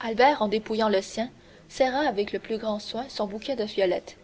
albert en dépouillant le sien serra avec le plus grand soin son bouquet de violettes